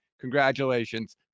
congratulations